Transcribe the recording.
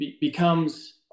becomes